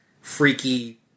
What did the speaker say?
freaky